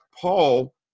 Paul